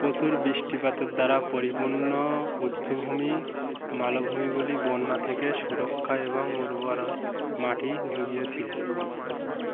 পশুর বৃষ্টিপাতের দ্বারা পরিপূর্ণ উচ্চভূমি মালভূমিগুলি বন্যা থেকে সুরক্ষা এবং উর্বর মাটি যুগিয়ে ছিলো